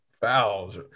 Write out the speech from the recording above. fouls